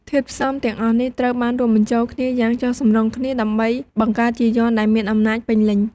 ធាតុផ្សំទាំងអស់នេះត្រូវបានរួមបញ្ចូលគ្នាយ៉ាងចុះសម្រុងគ្នា ដើម្បីបង្កើតជាយ័ន្តដែលមានអំណាចពេញលេញ។